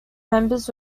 members